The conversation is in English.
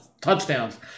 touchdowns